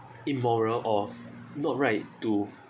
immoral or not right to